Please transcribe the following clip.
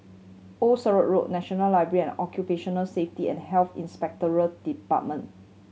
Old Sarum Road National Library and Occupational Safety and Health Inspectorate Department